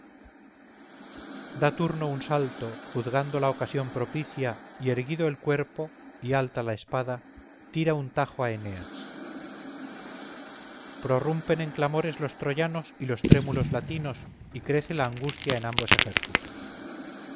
turno un salto juzgando la ocasión propicia y erguido el cuerpo y alta la espada tira un tajo a eneas prorrumpen en clamores los troyanos y los trémulos latinos y crece la angustia en ambos ejércitos